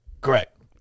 correct